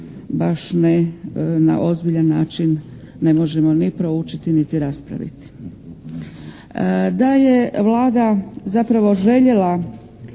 baš ne na ozbiljan način ne možemo ni proučiti niti raspraviti. Da je Vlada zapravo željela